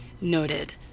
noted